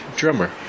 drummer